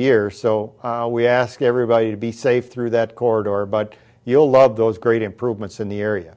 year so we ask everybody to be safe through that corridor but you'll love those great improvements in the area